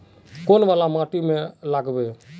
कौन वाला माटी में लागबे?